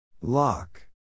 Lock